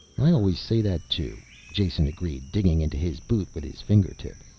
i always say that, too, jason agreed, digging into his boot with his fingertip.